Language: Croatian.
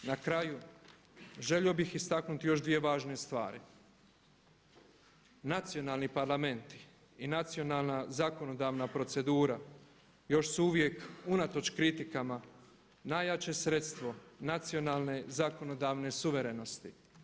Na kraju želio bih istaknuti još dvije važne stvari, nacionalni parlamenti i nacionalna zakonodavna procedura još su uvijek unatoč kritikama najjače sredstvo nacionalne zakonodavne suverenosti.